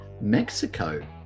Mexico